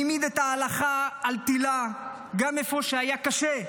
והעמיד את ההלכה על תילה, גם איפה שהיה קשה,